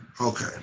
Okay